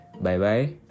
Bye-bye